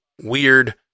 Weird